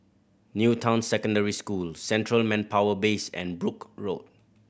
New Town Secondary School Central Manpower Base and Brooke Road